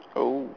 oh